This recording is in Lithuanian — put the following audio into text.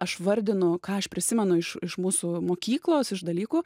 aš vardinu ką aš prisimenu iš iš mūsų mokyklos iš dalykų